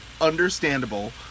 understandable